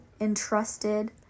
entrusted